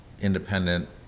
independent